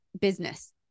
business